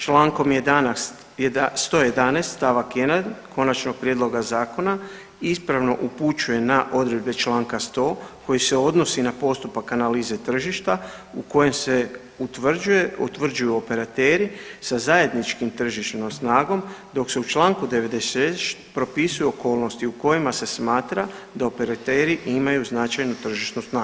Člankom 111. stavak 1. Konačnog prijedloga zakona ispravno upućuje na odredbe članka 100. koji se odnosi na postupak analize tržišta u koje se utvrđuju operateri sa zajedničkom tržišnom snagom dok se u članku 96. propisuju okolnosti u kojima se smatra da operateri imaju značajnu tržišnu snagu.